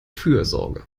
fürsorge